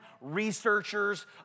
researchers